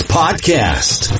podcast